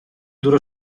durò